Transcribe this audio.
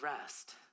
rest